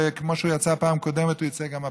וכמו שהוא יצא פעם קודמת הוא יצא גם הפעם,